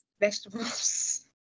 Vegetables